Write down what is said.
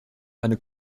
eine